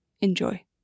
Enjoy